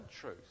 truth